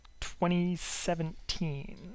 2017